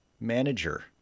manager